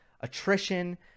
attrition